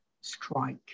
strike